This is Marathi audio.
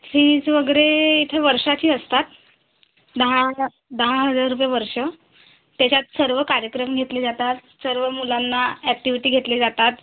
फीज वगैरे इथे वर्षाची असतात दहा हजा दहा हजार रुपये वर्ष त्याच्यात सर्व कार्यक्रम घेतले जातात सर्व मुलांना ॲक्टिव्हिटी घेतले जातात